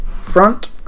Front